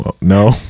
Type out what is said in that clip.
no